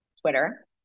Twitter